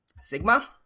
Sigma